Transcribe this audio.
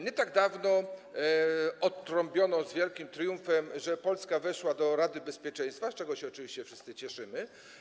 Nie tak dawno odtrąbiono z wielkim triumfem, że Polska weszła do Rady Bezpieczeństwa, z czego się oczywiście wszyscy cieszymy.